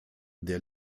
der